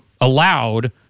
allowed